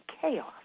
chaos